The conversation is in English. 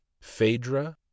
Phaedra